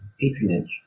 patronage